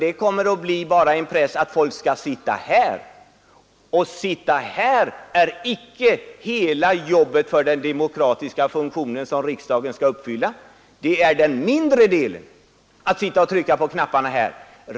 Det kommer att bli en press på folk att bara sitta här, men att sitta här är icke hela jobbet när det gäller den demokratiska funktion som riksdagen skall fylla. Att trycka på knapparna är den mindre delen.